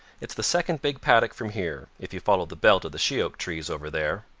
it's the second big paddock from here, if you follow the belt of the sheoak trees over there.